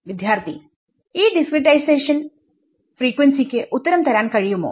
വിദ്യാർത്ഥി ഈ ഡിസ്സ്ക്രിടൈസേഷൻ ഫ്രീക്വൻസിക്ക് ഉത്തരം തരാൻ കഴിയുമോ